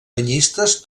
banyistes